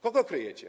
Kogo kryjecie?